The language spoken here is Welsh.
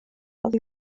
oddi